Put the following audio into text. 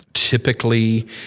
typically